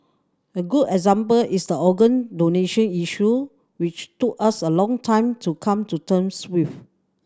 a good is the organ donation issue which took us a long time to come to terms with